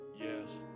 yes